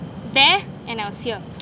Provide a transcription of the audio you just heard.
there and I was here